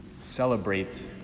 celebrate